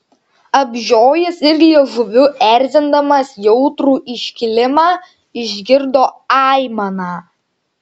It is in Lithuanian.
apžiojęs ir liežuviu erzindamas jautrų iškilimą išgirdo aimaną